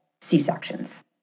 C-sections